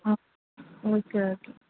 okay okay